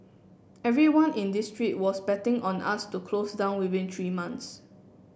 everyone in this street was betting on us to close down within three months